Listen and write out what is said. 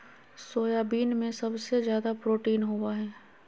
soybean में सबसे ज़्यादा प्रोटीन होबा हइ